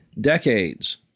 decades